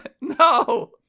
No